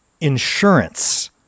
insurance